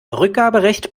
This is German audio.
rückgaberecht